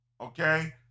Okay